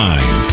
Mind